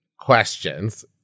questions